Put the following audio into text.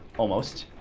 almost.